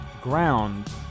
ground